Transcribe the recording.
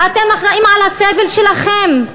אתם אחראים לסבל שלכם,